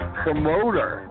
promoter